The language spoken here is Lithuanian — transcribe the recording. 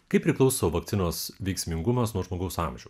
kaip priklauso vakcinos veiksmingumas nuo žmogaus amžių